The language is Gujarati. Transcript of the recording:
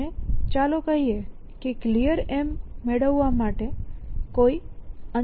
અને ચાલો કહીએ કે Clear મેળવવા માટે કોઈ UnStack